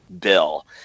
Bill